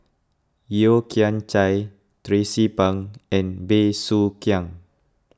Yeo Kian Chai Tracie Pang and Bey Soo Khiang